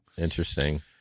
Interesting